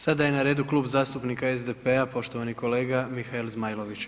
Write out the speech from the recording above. Sada je na redu Klub zastupnika SDP-a, poštovani kolega Mihael Zmajlović.